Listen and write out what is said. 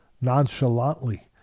nonchalantly